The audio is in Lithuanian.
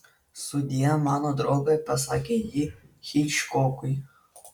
sudie mano drauge pasakė ji hičkokui